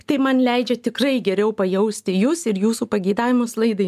tai man leidžia tikrai geriau pajausti jus ir jūsų pageidavimus laidai